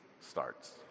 starts